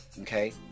okay